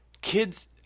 Kids